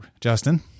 Justin